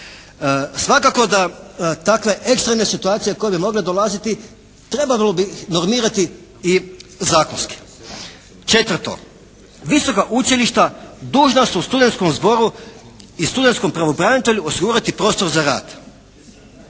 Svakako da takve ekstremne situacije koje bi mogle dolaziti trebalo bi ih normirati i zakonski. Četvrto, visoka učilišta dužna su studentskom zboru i studentskom pravobranitelju osigurati prostor za rad.